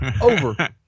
Over